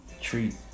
treat